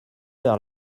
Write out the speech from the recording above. vers